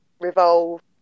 Revolve